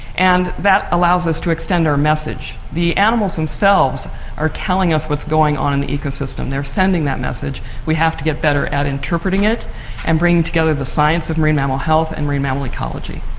and that allows us to extend our message. the animals themselves are telling us what's going on in the ecosystem, they are sending that message. we have to get better at interpreting it and bring together the science of marine mammal health and marine mammal ecology.